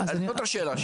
זאת השאלה שלי.